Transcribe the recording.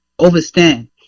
overstand